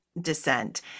dissent